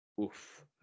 Oof